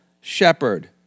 shepherd